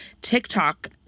TikTok